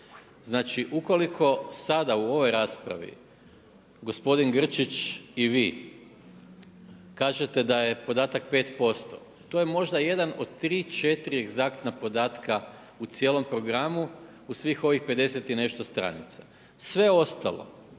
Znači, ukoliko sada u ovoj raspravi gospodin Grčić i vi kažete da je podatak 5% to je možda jedan od tri, četiri egzaktna podatka u cijelom programu u svih ovih 50 i nešto stranica. Sve ostalo